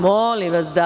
Molim vas, da.